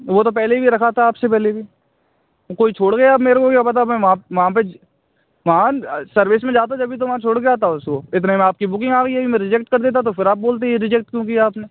वह तो पहेले भी रखा था आपसे पहले भी कोई छोड़ गया अब मेरे को क्या पता मैं वहाँ वहाँ पर वहाँ सर्विस में जाता जभी तो वहाँ छोड़ कर आता हूँ उसको इतने में आपकी बुकिंग आ गई अभी मैं रिजेक्ट कर देता तो फिर आप बोलते यह रिजेक्ट क्यों किया आपने